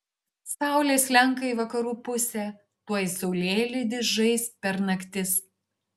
saulė slenka į vakarų pusę tuoj saulėlydis žais per naktis